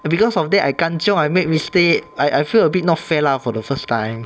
and because of that I kanchiong I make mistake I I feel a bit not fair lah for the first time